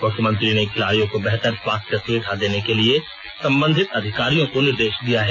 मुख्यमंत्री ने खिलाड़ियों को बेहतर स्वास्थ्य सुविधा देने के लिए सम्बन्धित अधिकारियों को निर्देश दिया है